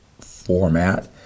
format